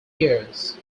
years